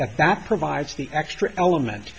that provides the extra element